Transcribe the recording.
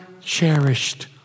cherished